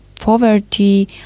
poverty